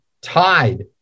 tied